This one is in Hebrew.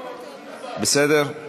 בסדר?